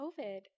covid